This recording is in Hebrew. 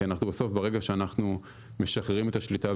כי ברגע שאנחנו משחררים את השליטה,